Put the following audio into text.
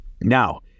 Now